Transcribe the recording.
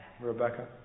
Rebecca